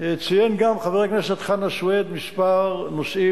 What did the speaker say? ציין גם חבר הכנסת חנא סוייד כמה נושאים,